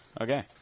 okay